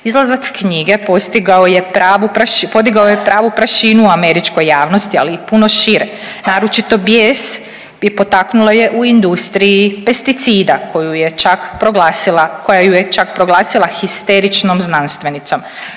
podigao je pravu prašinu u američkoj javnosti, ali i puno šire, naročito bijes potaknula je u industriji pesticida, koji ju je čak proglasila, koja